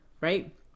right